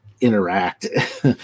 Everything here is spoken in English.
interact